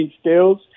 skills